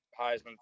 Heisman